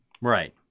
Right